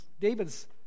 David's